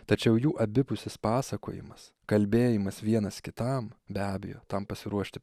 tačiau jų abipusis pasakojimas kalbėjimas vienas kitam be abejo tam pasiruošti